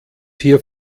hier